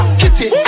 kitty